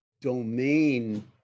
domain